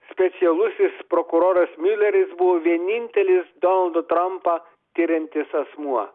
specialusis prokuroras miuleris buvo vienintelis donaldą trampą tiriantis asmuo